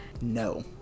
No